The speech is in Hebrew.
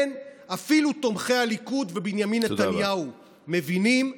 כן, אפילו תומכי הליכוד ובנימין נתניהו מבינים.